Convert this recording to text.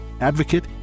advocate